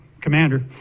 commander